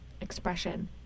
expression